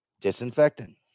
Disinfectant